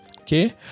Okay